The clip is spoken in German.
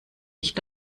nicht